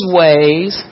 ways